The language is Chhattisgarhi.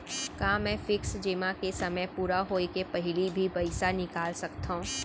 का मैं फिक्स जेमा के समय पूरा होय के पहिली भी पइसा निकाल सकथव?